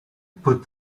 put